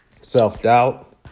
self-doubt